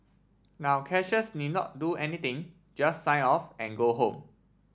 now cashiers need not do anything just sign off and go home